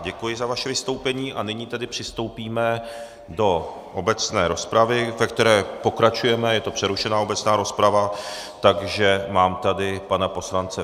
Děkuji za vaše vystoupení a nyní tedy přistoupíme do obecné rozpravy, ve které pokračujeme, je to přerušená obecná rozprava, takže mám tady pana poslance...